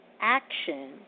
action